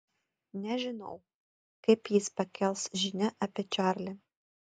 nežinau kaip jis pakels žinią apie čarlį